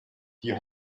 die